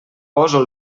poso